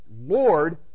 Lord